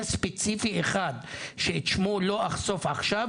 ספציפי אחד שאת שמו לא אחשוף עכשיו,